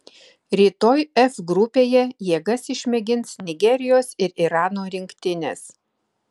rytoj f grupėje jėgas išmėgins nigerijos ir irano rinktinės